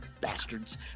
bastards